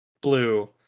blue